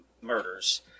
murders